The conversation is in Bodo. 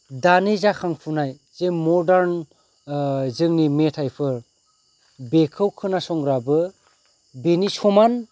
दानि जाखांफुनाय जों मरदान जोंनि मेथाइफोर बेखौ खोनासंग्राबो बेनि समान